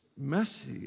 messy